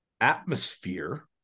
atmosphere